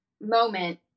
moment